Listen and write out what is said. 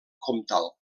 comtal